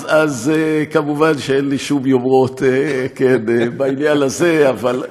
אז מובן שאין לי שום יומרות בעניין הזה, אבל,